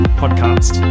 podcast